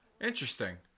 Interesting